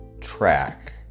track